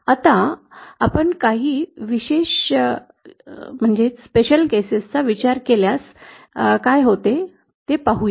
आता आपण काही विशेष प्रकरणांचा विचार केल्यास काय होते ते पाहूया